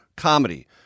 Comedy